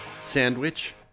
Sandwich